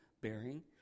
bearing